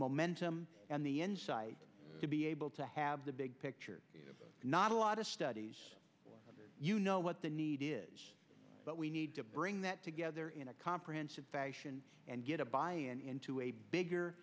momentum and the insight to be able to have the big picture not a lot of studies you know what the need is but we need to bring that together in a comprehensive fashion and get a bi and into a bigger